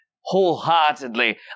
wholeheartedly